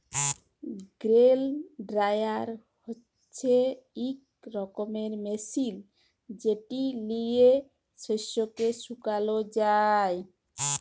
grain dryer হছে ইক রকমের মেশিল যেট লিঁয়ে শস্যকে শুকাল যায়